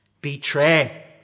betray